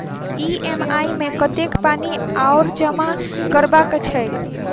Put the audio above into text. EMI मे कतेक पानि आओर जमा करबाक छैक?